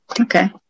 okay